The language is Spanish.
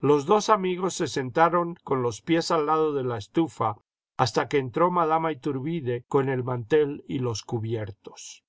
los dos amigos se sentaron con los pies al lado de la estufa hasta que entró madama ithurbide con el mantel y los cubiertos